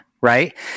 right